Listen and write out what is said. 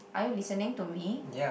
are you listening to me